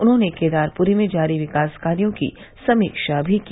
उन्होंने केदारपुरी में जारी विकास कार्यो की समीक्षा भी की